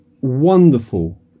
wonderful